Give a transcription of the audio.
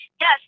yes